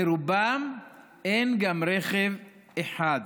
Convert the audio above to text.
לרובם אין גם רכב אחד.